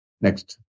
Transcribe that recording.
Next